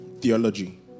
theology